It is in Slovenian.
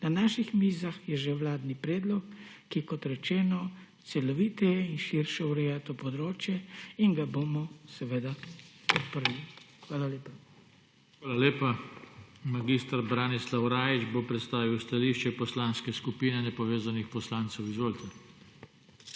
Na naših mizah je že vladni predlog, ki, kot rečeno, celoviteje in širše ureja to področje in ga bomo seveda podprli. Hvala lepa. PODPREDSEDNIK JOŽE TANKO: Hvala lepa. Mag. Branislav Rajić bo predstavil stališče Poslanske skupine nepovezanih poslancev. Izvolite.